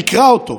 תקרא אותו.